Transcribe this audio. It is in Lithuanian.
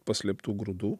paslėptų grūdų